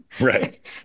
right